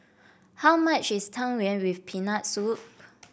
how much is Tang Yuen with Peanut Soup